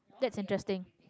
that's interesting